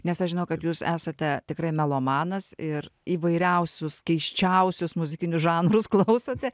nes aš žinau kad jūs esate tikrai melomanas ir įvairiausius keisčiausius muzikinius žanrus klausote